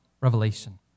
Revelation